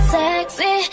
sexy